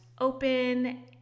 open